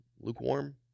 lukewarm